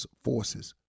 forces